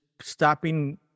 stopping